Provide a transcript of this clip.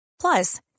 Plus